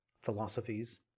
philosophies